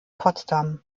potsdam